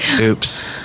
oops